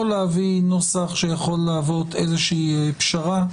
או להביא נוסח שיכול להוות איזושהי פשרה.